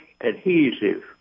adhesive